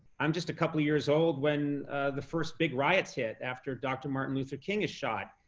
i'm just a couple years old when the first big riots hit after dr. martin luther king is shot,